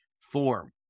form